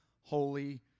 holy